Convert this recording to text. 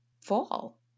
fall